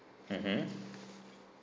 mmhmm